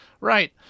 Right